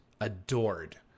adored